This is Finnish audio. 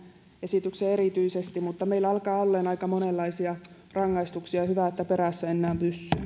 esitykseen erityisesti meillä alkaa olla aika monenlaisia rangaistuksia hyvä että perässä enää